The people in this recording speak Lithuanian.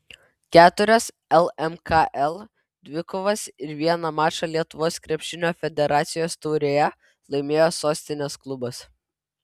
keturias lmkl dvikovas ir vieną mačą lietuvos krepšinio federacijos taurėje laimėjo sostinės klubas